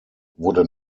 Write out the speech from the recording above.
wurde